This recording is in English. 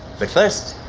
but first,